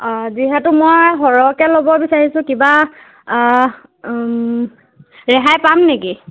অ' যিহেতো মই সৰহকৈ ল'ব বিচাৰিছোঁ কিবা ৰেহাই পাম নেকি